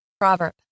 Proverb